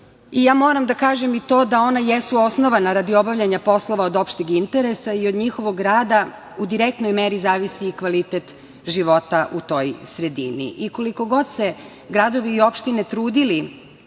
moram da kažem i to da ona jesu osnovana radi obavljanja poslova od opšteg interesa i od njihovog rada u direktnoj meri zavisi i kvalitet života u toj sredini i koliko god se gradovi i opštine trudili